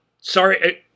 sorry –